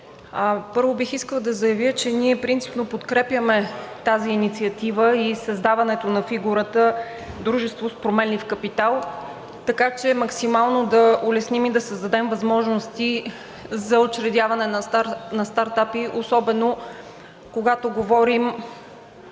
Първо, бих искала да заявя, че ние принципно подкрепяме тази инициатива и създаването на фигурата „дружество с променлив капитал“, така че максимално да улесним и да създадем възможности за учредяване на стартъпи, особено когато говорим